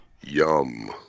Yum